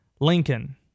Lincoln